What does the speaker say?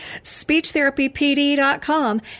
SpeechTherapyPD.com